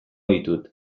ditut